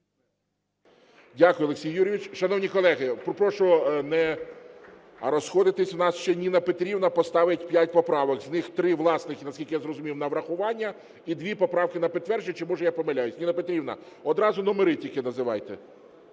Дякую, Олексій Юрійович. Шановні колеги, прошу не розходитись, в нас ще Ніна Петрівна поставить п'ять поправок, з них три власних, і наскільки я зрозумів, на врахування, і дві поправки на підтвердження. Чи може я помиляюсь? Ніна Петрівна, одразу номери тільки називайте.